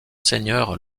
seigneurs